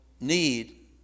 Need